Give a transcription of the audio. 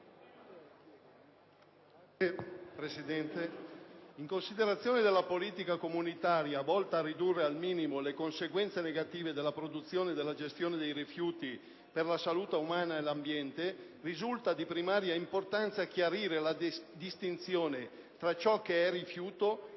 20.0.502. In considerazione della politica comunitaria, volta a ridurre al minimo le conseguenze negative della produzione e della gestione dei rifiuti per la salute umana e l'ambiente, risulta di primaria importanza chiarire la distinzione tra ciò che è rifiuto e ciò che non lo è, il